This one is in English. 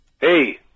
Hey